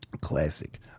classic